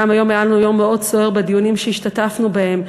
גם היום היה לנו יום מאוד סוער בדיונים שהשתתפנו בהם.